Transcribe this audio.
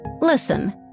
Listen